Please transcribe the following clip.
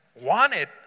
wanted